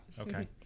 okay